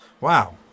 Wow